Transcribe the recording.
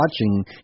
watching